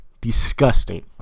disgusting